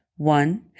One